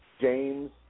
James